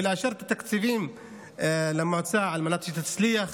ולאשר את התקציבים למועצה על מנת שהיא תצליח